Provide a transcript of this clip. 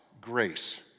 grace